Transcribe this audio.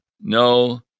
no